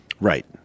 Right